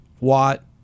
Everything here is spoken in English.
Watt